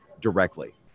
directly